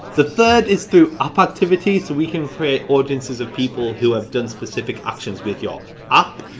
the third is through app activities, we can create audiences of people who have done specific actions with your app.